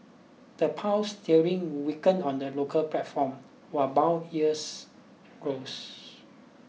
the Pound sterling weakened on the local platform while bond yields rose